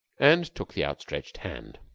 and took the outstretched hand.